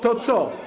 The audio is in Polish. To co?